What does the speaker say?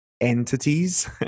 entities